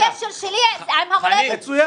הקשר שלי עם המולדת שלי --- מצוין,